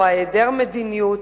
או היעדר המדיניות